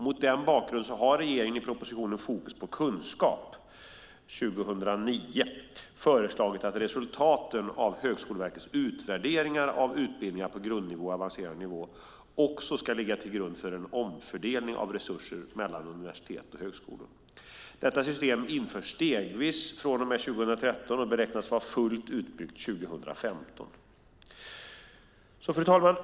Mot denna bakgrund har regeringen i propositionen Fokus på kunskap föreslagit att resultaten av Högskoleverkets utvärderingar av utbildningar på grundnivå och avancerad nivå också ska ligga till grund för en fördelning av resurser till universitet och högskolor. Detta system införs stegvis från och med 2013 och beräknas vara fullt utbyggt 2015. Fru talman!